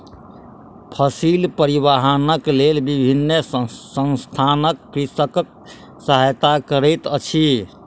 फसिल परिवाहनक लेल विभिन्न संसथान कृषकक सहायता करैत अछि